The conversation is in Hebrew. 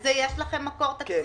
לזה יש לכם מקור תקציבי?